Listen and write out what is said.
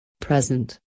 present